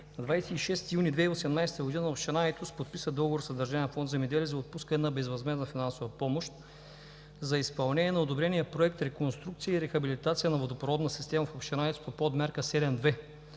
26 юни 2018 г. община Айтос подписа договор с Държавен фонд „Земеделие“ за отпускане на безвъзмездна финансова помощ за изпълнение на одобрения Проект „Реконструкция и рехабилитация на водопроводна система в община Айтос по Подмярка 7.2